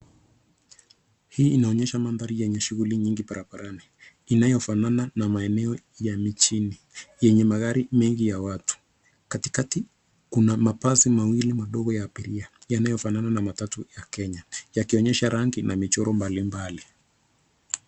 Hii inaonyesha mandhari yenye shughuli nyingi barabarani inayofanana na maeneo ya mijini yenye magari mengi ya watu. Katikati, kuna mabasi mawili madogo ya abiria yanayofanana na matatu ya Kenya yakionyesha rangi na michoro mbalimbali.